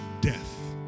death